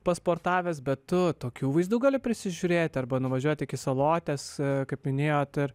pasportavęs bet tu tokių vaizdų gali prisižiūrėti arba nuvažiuoti iki salotės kaip minėjot ir